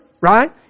right